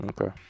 Okay